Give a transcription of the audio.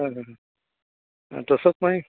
तसोच मागीर